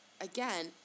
again